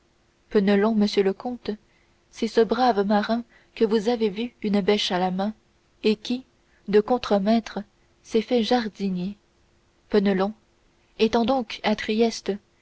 monsieur le comte c'est ce brave marin que vous avez vu une bêche à la main et qui de contremaître s'est fait jardinier penelon étant donc à trieste